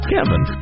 Kevin